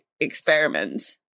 experiment